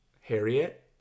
Harriet